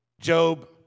Job